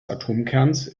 atomkerns